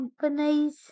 companies